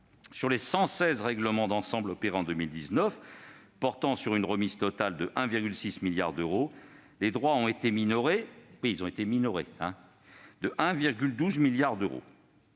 Sur les 116 règlements d'ensemble opérés en 2019, portant sur une remise totale 1,6 milliard d'euros, les droits ont été minorés de 1,12 milliard d'euros.